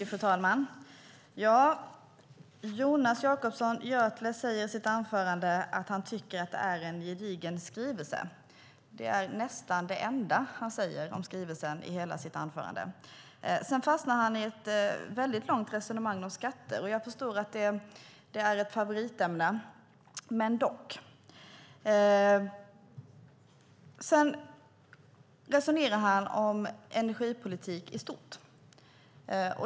Fru talman! Jonas Jacobsson Gjörtler säger i sitt anförande att han tycker att det är en gedigen skrivelse. Det är nästan det enda han säger om skrivelsen i hela sitt anförande. Sedan fastnar han i ett mycket långt resonemang om skatter. Jag förstår att det är ett favoritämne. Vidare resonerar han om energipolitik i stort.